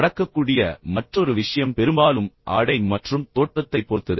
நடக்கக்கூடிய மற்றொரு விஷயம் பெரும்பாலும் ஆடை மற்றும் தோற்றத்தைப் பொறுத்தது